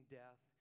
death